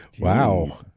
Wow